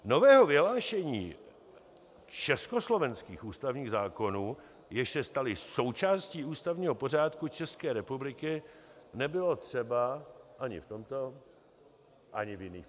Nového vyhlášení československých ústavních zákonů, jež se staly součástí ústavního pořádku České republiky, nebylo třeba ani potom ani v jiných případech.